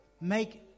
make